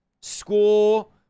school